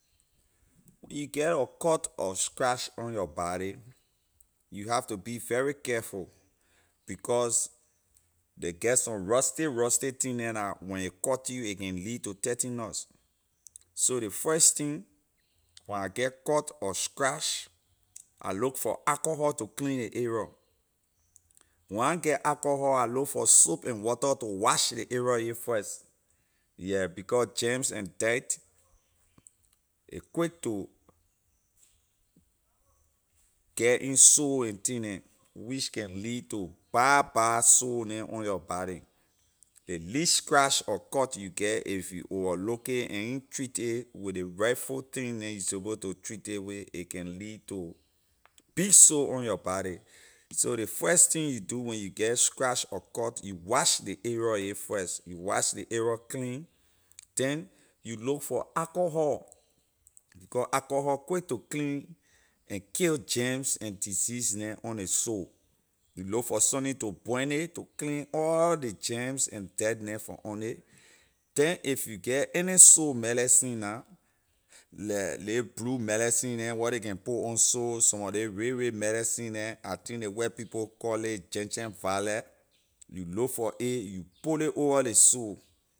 You get your cut or scratch on your body you have to be very careful because ley get some rusty rusty thing neh la when a cut you a can lead to tetanus so ley first thing when I get cut or scratch I look for alcohol to clean ley area when I na get alcohol I look for soap and water to wash ley area yeh first yeah because gems and dirt a quick to get in sore and thing neh which can lead to bad bad sore on your body ley least scratch or cut you get when you overlook a you na treat it with ley rightful thing neh you suppose to treat it wey a can lead to big sore on your body so ley first thing you do when you get scratch or cut you wash ley area yeh first you wash ley area clean then you look for alcohol becor alcohol quick to clean and kill gems and disease neh on ley sore you look for sunni to burn it to clean all ley gems and dirt neh from on it then if you get any sore medicine na like ley blue medicine neh where ley can put on sore some mor ley ray ray medicine neh I think ley white people call ley gengen valet you look for a you put ley over ley sore